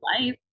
life